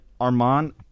Armand